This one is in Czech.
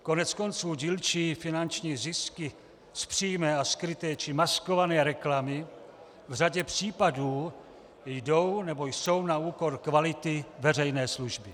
Koneckonců dílčí finanční zisky z přímé a skryté či maskované reklamy v řadě případů jdou nebo jsou na úkor kvality veřejné služby.